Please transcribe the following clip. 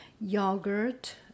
yogurt